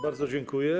Bardzo dziękuję.